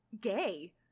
Gay